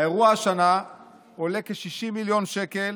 האירוע השנה עולה כ-60 מיליון שקל,